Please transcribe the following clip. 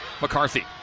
McCarthy